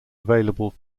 available